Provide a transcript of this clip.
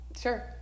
sure